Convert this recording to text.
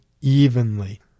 evenly